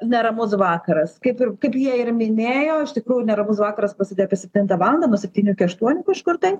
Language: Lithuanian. neramus vakaras kaip ir kaip jie ir minėjo iš tikrųjų neramus vakaras prasidėjo apie septintą valandą nuo septynių iki aštuonių kažkur tai